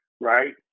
right